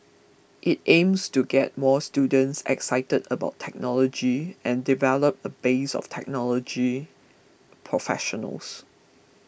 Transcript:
it aims to get more students excited about technology and develop a base of technology professionals